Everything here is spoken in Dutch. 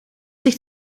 zich